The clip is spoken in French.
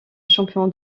champion